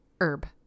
Herb